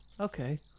okay